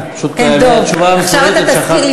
מה עם דב?